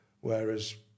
whereas